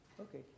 Okay